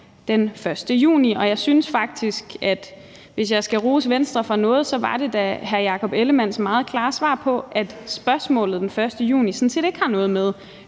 den 1. juni. Jeg synes faktisk, at hvis jeg skal rose Venstre for noget, var det hr. Jakob Ellemann-Jensens meget klare svar på, at spørgsmålet den 1. juni sådan set ikke har noget at